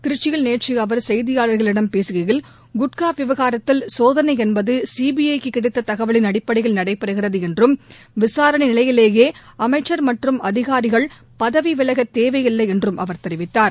திருச்சியில் நேற்று அவர் செய்தியாளர்களிடம் பேசுகையில் குட்கா விவகாரத்தில் சோதனை என்பது சிபிஐ க்கு கிடைத்த தகவலின் அடிப்படையில் நடைபெறுகிறது என்றும் விசாரணை நிலையிலேயே அமைச்சர் மற்றும் அதிகாரிகள் பதவி விலகத் தேவையில்லை என்று தெரிவித்தார்